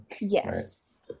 yes